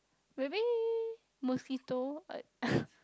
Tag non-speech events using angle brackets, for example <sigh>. maybe mosquito I <breath>